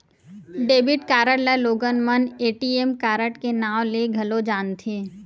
debit card ल लोगन मन ए.टी.एम कारड के नांव ले घलो जानथे